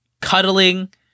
cuddling